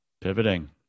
Pivoting